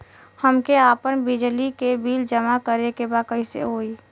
हमके आपन बिजली के बिल जमा करे के बा कैसे होई?